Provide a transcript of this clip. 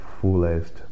fullest